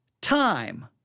time